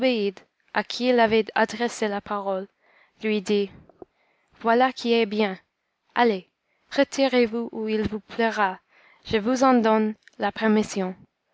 il avait adressé la parole lui dit voilà qui est bien allez retirez-vous où il vous plaira je vous en donne la permission